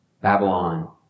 Babylon